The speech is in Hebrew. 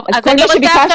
אז כל מה שביקשתי,